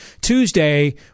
Tuesday